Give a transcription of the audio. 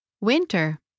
Winter